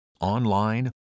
online